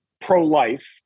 pro-life